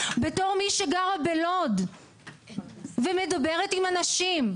בתור מי שגרה בלוד ומדברת עם אנשים,